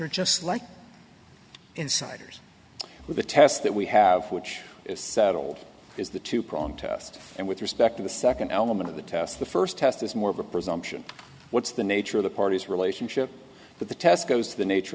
are just like insiders with the tests that we have which is settled is the two prong test and with respect to the second element of the test the first test is more of a presumption what's the nature of the party's relationship but the test goes to the nature